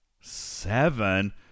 Seven